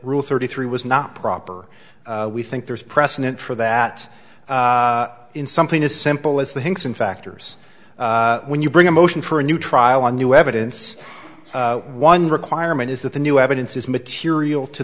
rule thirty three was not proper we think there's precedent for that in something as simple as the hinkson factors when you bring a motion for a new trial on new evidence one requirement is that the new evidence is material to